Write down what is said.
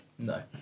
No